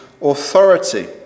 authority